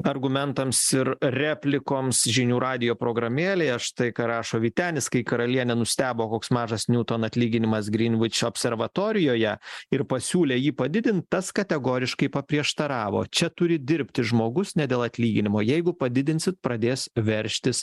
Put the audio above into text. argumentams ir replikoms žinių radijo programėlėje štai ką rašo vytenis kai karalienė nustebo koks mažas niuton atlyginimas grynvič observatorijoje ir pasiūlė jį padidint tas kategoriškai paprieštaravo čia turi dirbti žmogus ne dėl atlyginimo jeigu padidinsit pradės veržtis